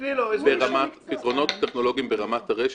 פתרונות טכנולוגיים ברמת הרשת,